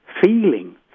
feeling